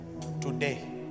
today